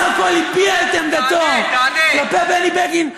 הכול הביע את עמדתו כלפי בני בגין.